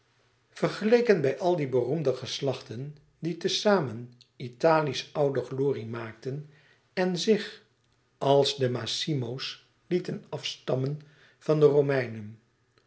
vergeleken bij al die beroemde geslachten die te zamen italië's oude glorie maakten en zich als de massimo's lieten afstammen van de romeinen